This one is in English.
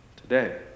today